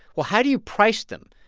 well, how do you price them?